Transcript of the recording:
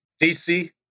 DC